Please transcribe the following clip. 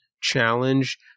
challenge